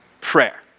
prayer